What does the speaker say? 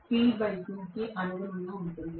కాబట్టి ఇది కి అనుగుణంగా ఉంటుంది